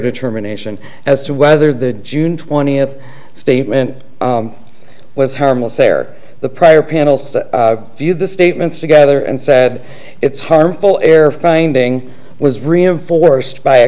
determination as to whether the june twentieth statement was harmless error the prior panels view the statements together and said it's harmful air finding was reinforced by a